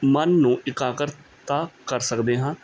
ਮਨ ਨੂੰ ਇਕਾਗਰਤਾ ਕਰ ਸਕਦੇ ਹਾਂ